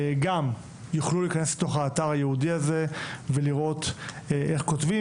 גם יוכלו להיכנס לתוך האתר הייעודי הזה ולראות איך כותבים